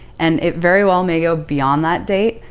and it very well may go beyond that date,